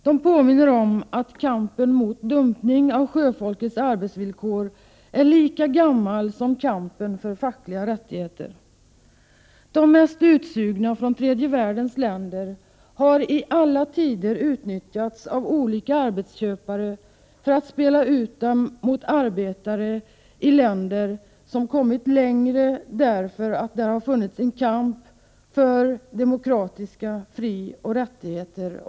De påminner om att kampen mot ”dumpning” av sjöfolkets arbetsvillkor är lika gammal som kampen för fackliga rättigheter. De mest utsugna från tredje världens länder har i alla tider utnyttjats av olika arbetsköpare som spelat ut dem mot arbetare i länder som kommit längre därför att det har funnits en kamp för demokratiska frioch rättigheter.